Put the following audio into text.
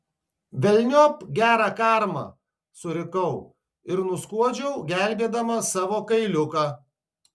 velniop gerą karmą surikau ir nuskuodžiau gelbėdama savo kailiuką